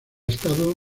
estado